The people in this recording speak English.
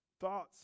thoughts